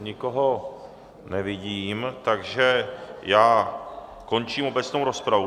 Nikoho nevidím, takže já končím obecnou rozpravu.